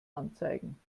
anzeigen